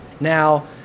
Now